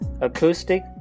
acoustic